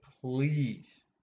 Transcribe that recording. please